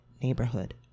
neighborhood